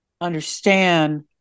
understand